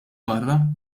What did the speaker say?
barra